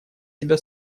себя